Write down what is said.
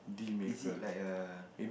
is it like a